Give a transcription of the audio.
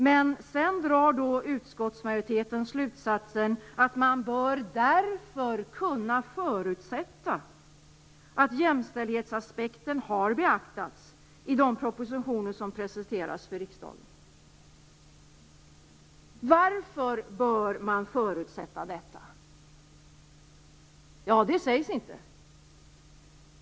Men sedan drar utskottsmajoriteten slutsatsen att man på grund av detta bör kunna förutsätta att jämställdhetsaspekten har beaktats i de propositioner som presenteras för riksdagen. Varför bör man förutsätta detta? Det sägs inte.